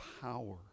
power